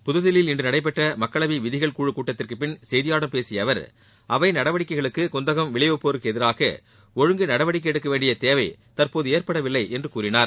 புதுதில்லியில் இன்று நடைபெற்ற மக்களவை விதிகள் குழு கூட்டத்திற்குபின் செய்தியாளர்களிடம் பேசிய அவர் அவை நடவடிக்கைகளுக்கு குந்தகம் விளைவிப்போருக்கு எதிராக ஒழுங்கு நடவடிக்கை எடுக்க வேண்டிய தேவை தற்போது ஏற்படவில்லை என்று கூறினார்